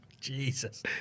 Jesus